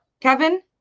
Kevin